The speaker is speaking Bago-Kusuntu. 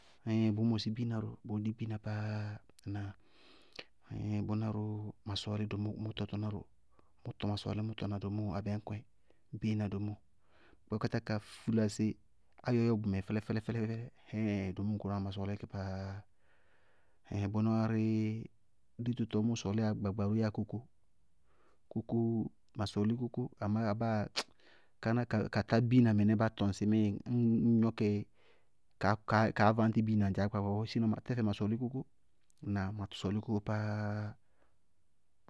Ɛɛin bʋʋ mɔsí biina ró, bʋʋ di biina pááá, ɛɛin bʋná ró ma sɔɔlí mʋtɔ tʋná mʋtɔ, ma sɔɔlí mʋtɔ na domóo abɛñkɔɩ, biina domóo, bá kpátá ka fúlásí áyɔyɔ bʋmɛ fɛlɛ fɛlɛ fɛlɛ, ɛɛin domóo tʋná ma sɔɔlɩ ki pááá, ɛɛin bʋná dí dí dito ma sɔɔlɩyá gbaagba we yáa kókó, kókó ma sɔɔlɩ kókó, amá abáa káná ka tá biina mɩnɛ bá tɔŋ sɩ ŋmɩɩ ñŋ gnɔkɛ ka- ka- kaá vañtɩ biina ŋdzaá gbaagba bɔɔ, sinɔɔ ma tɛfɛ ma sɔɔlí kókó, ŋnáa? Ma sɔɔlí kókó pááá.